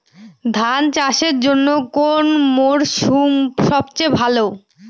ধান চাষের জন্যে কোন মরশুম সবচেয়ে ভালো?